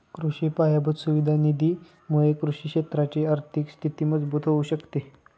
कृषि पायाभूत सुविधा निधी मुळे कृषि क्षेत्राची आर्थिक स्थिती मजबूत होऊ शकते